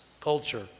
culture